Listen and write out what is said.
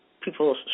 people